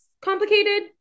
complicated